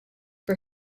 for